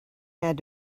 had